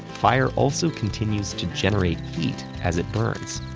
fire also continues to generate heat as it burns.